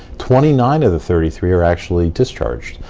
twenty nine of the thirty three are actually discharged.